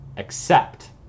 Accept